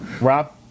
Rob